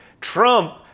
Trump